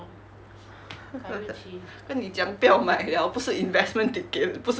跟你讲不要买了不是 investment ticket 不是 investment leh